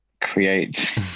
create